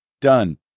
done